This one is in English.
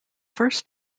first